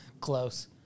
close